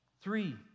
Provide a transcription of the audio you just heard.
three